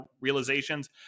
realizations